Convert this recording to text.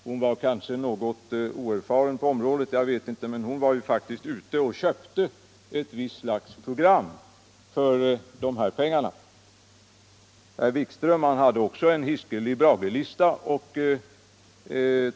Hon är kanske något oerfaren på området, men hon var faktiskt ute och köpte ett visst slags program för pengarna. Herr Wikström hade också en hiskelig bragelista.